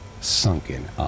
sunken